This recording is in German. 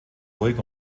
ruhig